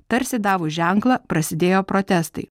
tarsi davus ženklą prasidėjo protestai